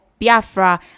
Biafra